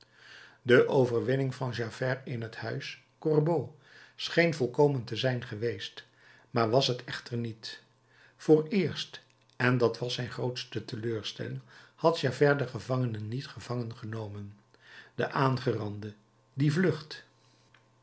de overwinning van javert in het huis gorbeau scheen volkomen te zijn geweest maar was het echter niet vooreerst en dat was zijn grootste teleurstelling had javert den gevangene niet gevangen genomen de aangerande die vlucht